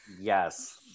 yes